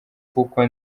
kuko